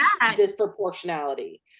disproportionality